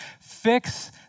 fix